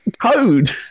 code